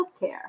healthcare